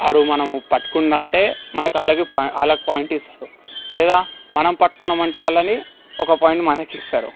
వాడు మనం పట్టుకుండంటే మన కాళ్లను వాళ్లకు పాయింటు ఇస్తారు లేదా మనం పట్టుకున్నమంటే వాళ్ళని ఒక పాయింట్ మనకు ఇస్తరు